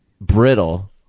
brittle